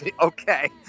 okay